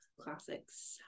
Classics